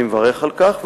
אני מברך על כך,